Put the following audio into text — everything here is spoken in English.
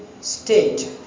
state